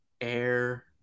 Air